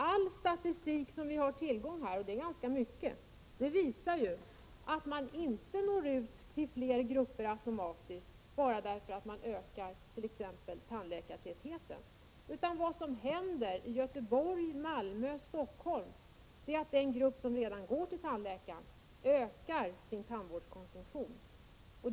All statistik som vi har tillgång till — och det är ganska mycket — visar att man inte automatiskt når ut till fler grupper bara därför att man ökar t.ex. tandläkartätheten. Vad som händer i Göteborg, Malmö och Stockholm är i stället att den grupp som redan går till tandläkaren ökar sin tandvårdskonsumtion.